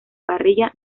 parrilla